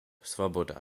swoboda